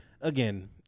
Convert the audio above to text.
again